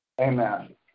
Amen